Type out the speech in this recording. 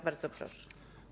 Bardzo proszę.